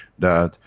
that,